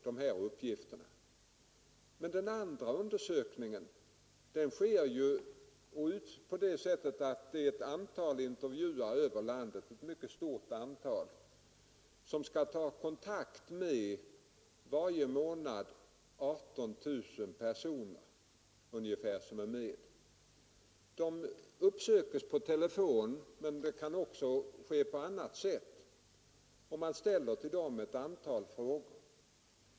Den andra undersökningen sker på det sättet att ett mycket stort antal inverjuare ute i landet varje månad skall ta kontakt med 18 000 personer. De söks per telefon eller på annat sätt och man ställer till dem ett antal frågor.